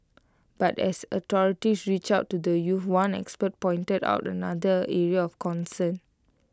but as authorities reach out to the youths one expert pointed out another area of concern